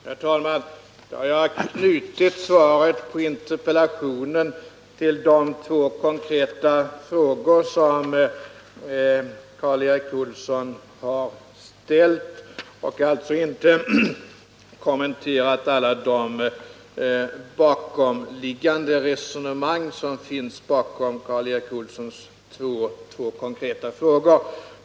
Herr talman! Jag har knutit svaret på interpellationen till de två konkreta frågor som Karl Erik Olsson ställde och alltså inte kommenterat alla de resonemang som finns bakom dessa två frågor.